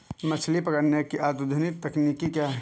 मछली पकड़ने की अत्याधुनिक तकनीकी क्या है?